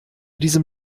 diesem